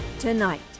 Tonight